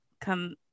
come